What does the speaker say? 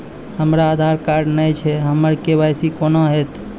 हमरा आधार कार्ड नई छै हमर के.वाई.सी कोना हैत?